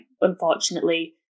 unfortunately